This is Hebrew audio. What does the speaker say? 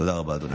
תודה רבה, אדוני.